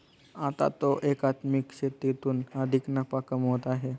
आता तो एकात्मिक शेतीतून अधिक नफा कमवत आहे